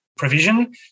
provision